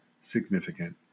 significant